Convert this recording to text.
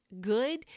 good